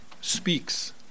speaks